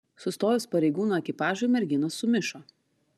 sustojus pareigūnų ekipažui merginos sumišo